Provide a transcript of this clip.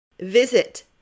Visit